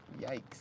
Yikes